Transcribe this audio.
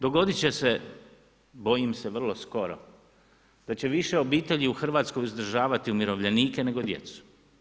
Dogodit će se, bojim se vrlo skoro, da će više obitelji u Hrvatskoj uzdržavati umirovljenike, nego djecu.